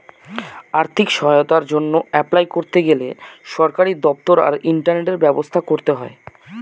আর্থিক সহায়তার জন্য অ্যাপলাই করতে গেলে সরকারি দপ্তর আর ইন্টারনেটের ব্যবস্থা করতে হয়